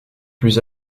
plus